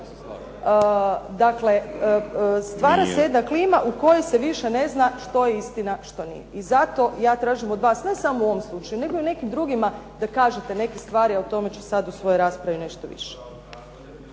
Dakle, stvara se jedna klima u kojoj se ne zna što je istina što nije. I zato ja tražim od vas ne samo u ovom slučaju, nego i o nekim drugima da kažete neke stvari, a o tome ću u svojoj raspravi nešto više.